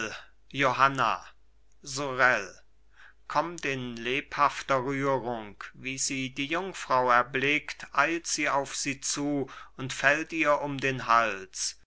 johanna sorel kommt in lebhafter rührung wie sie die jungfrau erblickt eilt sie auf sie zu und fällt ihr um den hals